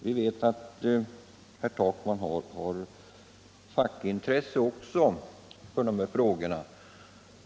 Vi vet ju att herr Takman också har ett fackintresse för de här frågorna.